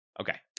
Okay